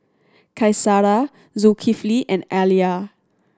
Qaisara Zulkifli and Alya